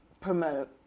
promote